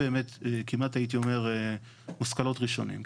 באמת כמעט הייתי אומר מושכלות ראשוניים,